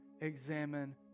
examine